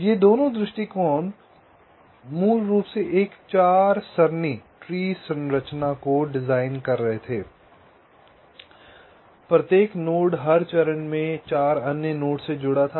ये दोनों दृष्टिकोण मूल रूप से एक 4 सरणी ट्री संरचना को डिजाइन कर रहे थे प्रत्येक नोड हर चरण में 4 अन्य नोड्स से जुड़ा था